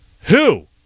Who